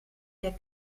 der